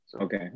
Okay